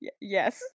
Yes